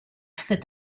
that